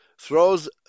throws